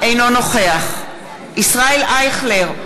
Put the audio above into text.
אינו נוכח ישראל אייכלר,